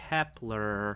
Kepler